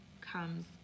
comes